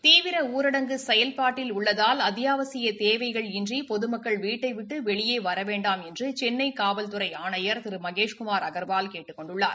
தீவிர ஊரடங்கு செயல்பாட்டில் உள்ளதால் அத்தியாவசிய தேவைகள் இன்றி பொதுமக்கள் வீட்டை விட்டு வெளியேற வேண்டாம் என்று சென்னை காவல்துறை ஆணையா் திரு மகேஷ்குமாா் அகா்வால் கேட்டுக் கொண்டுள்ளார்